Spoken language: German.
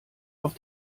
auf